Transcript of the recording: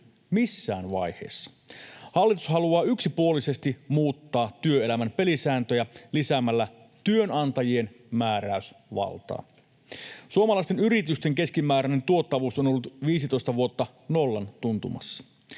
missään vaiheessa. Hallitus haluaa yksipuolisesti muuttaa työelämän pelisääntöjä lisäämällä työnantajien määräysvaltaa. Suomalaisten yritysten keskimääräinen tuottavuus on ollut 15 vuotta nollan tuntumassa.